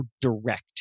direct